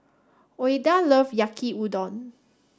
Ouida love Yaki Udon